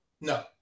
No